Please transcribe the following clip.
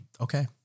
Okay